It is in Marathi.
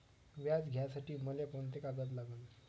व्याज घ्यासाठी मले कोंते कागद लागन?